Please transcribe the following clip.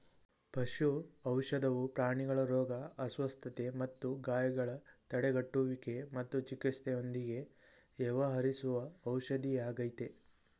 ಪಶು ಔಷಧವು ಪ್ರಾಣಿಗಳ ರೋಗ ಅಸ್ವಸ್ಥತೆ ಮತ್ತು ಗಾಯಗಳ ತಡೆಗಟ್ಟುವಿಕೆ ಮತ್ತು ಚಿಕಿತ್ಸೆಯೊಂದಿಗೆ ವ್ಯವಹರಿಸುವ ಔಷಧಿಯಾಗಯ್ತೆ